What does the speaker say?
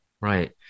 Right